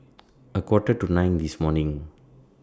A Quarter to nine This morning